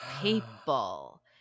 people